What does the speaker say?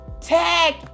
tag